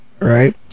Right